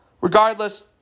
regardless